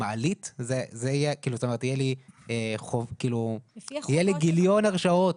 יהיה לי גיליון הרשעות,